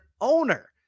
owner